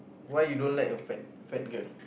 why you don't like a fat fat girl